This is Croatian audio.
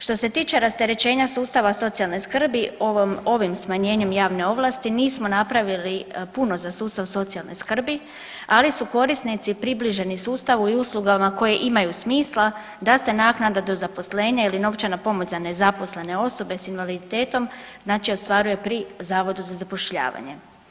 Što se tiče rasterećenja sustava socijalne skrbi ovim smanjenjem javne ovlasti nismo napravili puno za sustav socijalne skrbi, ali su korisnici približeni sustavu i uslugama koje imaju smisla da se naknada do zaposlenja ili novčana pomoć za nezaposlene osobe sa invaliditetom, znači ostvaruje pri Zavodu za zapošljavanje.